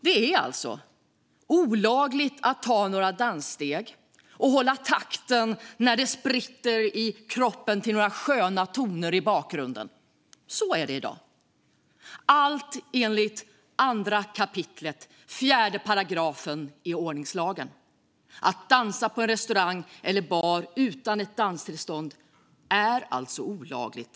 Det är alltså olagligt att ta några danssteg och hålla takten när det spritter i kroppen till några sköna toner i bakgrunden. Så är det i dag, allt enligt 2 kap. 4 § ordningslagen. Att dansa på en restaurang eller bar utan ett danstillstånd är alltså i dag olagligt.